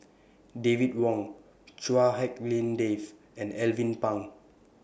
David Wong Chua Hak Lien Dave and Alvin Pang